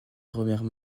premières